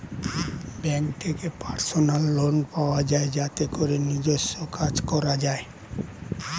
bank থেকে personal loan পাওয়া যায় যাতে করে নিজস্ব কাজ করা যায়